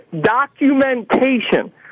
documentation